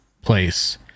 place